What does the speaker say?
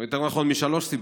או יותר נכון משלוש סיבות: